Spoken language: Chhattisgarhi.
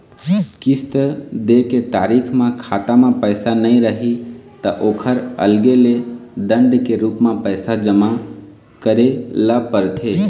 किस्त दे के तारीख म खाता म पइसा नइ रही त ओखर अलगे ले दंड के रूप म पइसा जमा करे ल परथे